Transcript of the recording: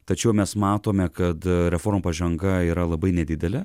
tačiau mes matome kad reformų pažanga yra labai nedidelė